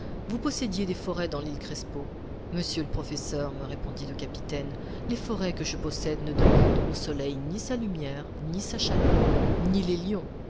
vous possédiez des forêts dans l'île crespo monsieur le professeur me répondit le capitaine les forêts que je possède ne demandent au soleil ni sa lumière ni sa chaleur ni les lions